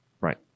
Right